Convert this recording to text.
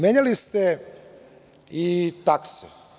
Menjali ste i takse.